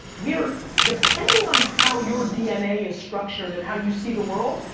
we're, depending on how your dna is structured and how you see the world,